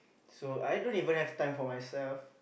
so I don't even have time for myself